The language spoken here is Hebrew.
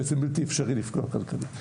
בעצם בלתי אפשרי לפגוע כלכלית,